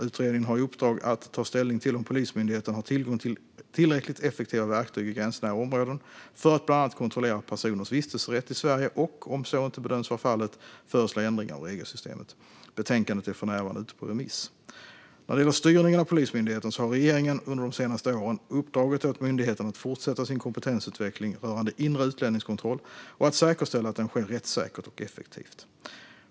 Utredningen hade i uppdrag att ta ställning till om Polismyndigheten har tillgång till tillräckligt effektiva verktyg i gränsnära områden för att bland annat kontrollera personers vistelserätt i Sverige och, om så inte bedöms vara fallet, föreslå ändringar av regelsystemet. Betänkandet är för närvarande ute på remiss. När det gäller styrningen av Polismyndigheten har regeringen under de senaste åren uppdragit åt myndigheten att fortsätta sin kompetensutveckling rörande inre utlänningskontroll och att säkerställa att den sker rättssäkert och effektivt.